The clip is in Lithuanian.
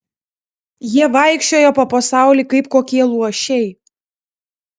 jie vaikščioja po pasaulį kaip kokie luošiai